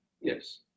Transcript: Yes